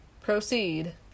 Proceed